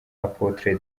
apôtre